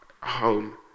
home